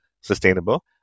sustainable